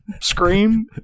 scream